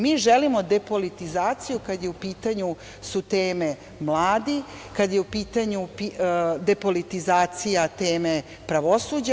Mi želimo depolitizaciju kada je u pitanju, su teme mladih, kada je u pitanju depolitizacija teme pravosuđa.